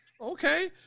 okay